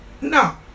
No